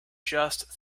just